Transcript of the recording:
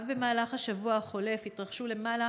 רק במהלך השבוע החולף התרחשו למעלה